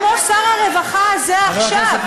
כמו שר הרווחה הזה עכשיו,